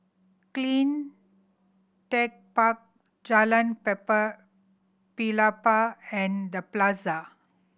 Cleantech Park Jalan Paper Pelepah and The Plaza